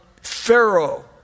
Pharaoh